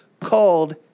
called